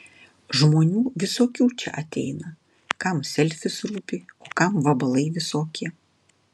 žmonių visokių čia ateina kam selfis rūpi o kam vabalai visokie